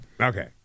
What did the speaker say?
Okay